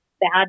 bad